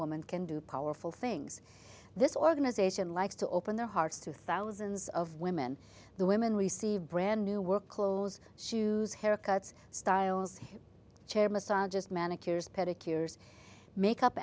woman can do powerful things this organization likes to open their hearts to thousands of women the women receive brand new work clothes shoes haircuts styles chair massages manicures pedicures makeup